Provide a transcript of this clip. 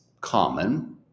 common